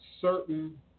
certain